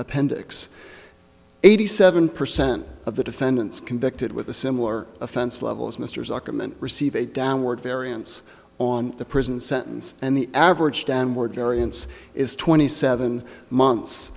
appendix eighty seven percent of the defendants convicted with a similar offense level as mr zuckerman received a downward variance on the prison sentence and the average downward variance is twenty seven months